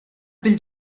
bil